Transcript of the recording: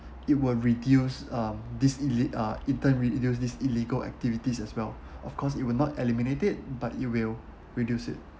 it would reduce um this ille~ uh interr~ reduce this illegal activities as well of course it will not eliminate it but it will reduce it